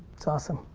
that's awesome.